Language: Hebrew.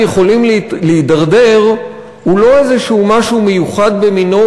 יכולים להידרדר הוא לא איזה משהו מיוחד במינו,